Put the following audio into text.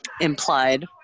Implied